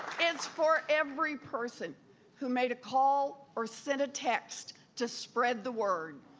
is for every person who made a call or send a text to spread the word.